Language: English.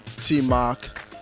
T-Mark